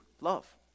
Love